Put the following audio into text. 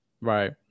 right